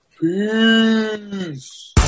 Peace